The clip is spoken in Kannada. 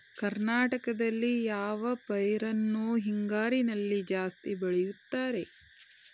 ಕರ್ನಾಟಕದಲ್ಲಿ ಯಾವ ಪೈರನ್ನು ಹಿಂಗಾರಿನಲ್ಲಿ ಜಾಸ್ತಿ ಬೆಳೆಯುತ್ತಾರೆ?